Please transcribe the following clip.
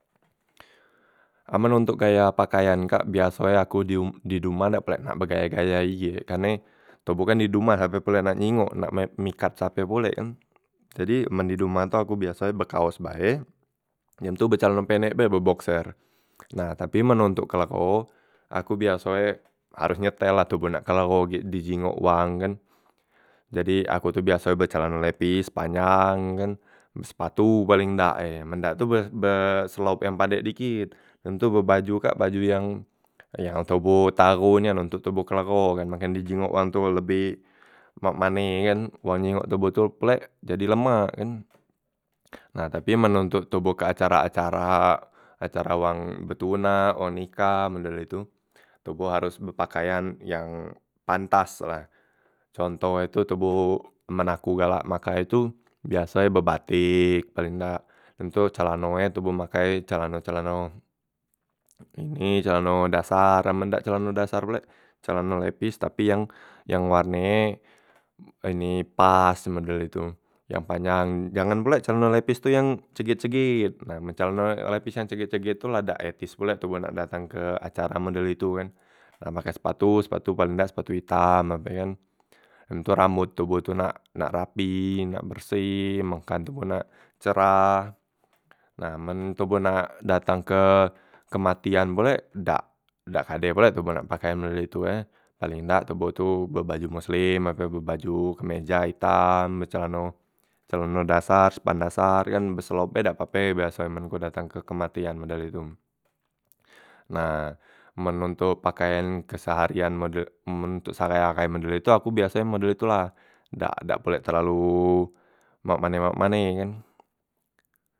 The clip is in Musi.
Amen ontok kaya pakaian kak biaso e aku di um di domah dak pulek nak begaya- gaya igek, karne toboh kan di domah sape pulek yang nak nyingok nak me memikat sape pulek kan, jadi men di domah tu aku biaso e be kaos bae dem tu be celano pendek bae be boxer. Nah tapi men ontok kelegho aku biaso e haros nyetel lah toboh nak kelegho gek dijingok wang kan. Jadi aku tu biaso e be celano lepis panjang kan, be sepatu paleng dak e men dak tu be be selop yang padek dikit, dem tu be baju kak baju yang yang toboh tau nian ontok toboh kelegho kan nah kan dijingok wang wa tu lebeh mak mane ye kan, wong nyingok toboh tu pulek jadi lemak kan, nah tapi men toboh ontok ke acara- acara, acara wang betuna wang nikah model itu, toboh haros bepakaian yang pantas lah, contoh e tu toboh men aku galak makai e tu biaso e be batik paling dak, dem tu celano e toboh makai celano- celano ini celano dasar, amen dak celano dasar pulek celano lepis tapi yang yang warne e ini pas model itu yang panjang, jangan pulek celano lepis tu yang cegit- cegit, na men celano lepis yang cegit- cegit tu la dak etis pulek wong tu nak datang ke acara model itu kan, nah make sepatu, sepatu paling dak sepatu itam ape kan, dem tu rambot toboh tu nak nak rapi nak berseh mekan toboh nak cerah, na men toboh nak datang ke kematian pulek dak dak kade pulek tu toboh nak pakean model itu e, paleng dak toboh tu be baju moslem ape be baju kemeja itam, be celano celano dasar sopan dasar ye kan be selop be dakpape biaso e men ku datang ke kematian model itu. Nah men ontok pakean keseharian mode men ontok seahai- ahai model itu aku biaso e model itu la dak dak pulek terlalu mak mane mak mane ye kan.